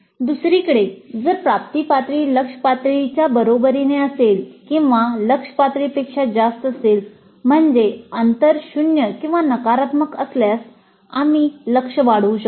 दुसरीकडे जर प्राप्ती पातळी लक्ष्य पातळीच्या बरोबरीने असेल किंवा लक्ष्य पातळीपेक्षा जास्त असेल म्हणजे अंतर 0 किंवा नकारात्मक असल्यास आम्ही लक्ष्य वाढवू शकतो